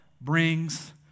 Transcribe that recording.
brings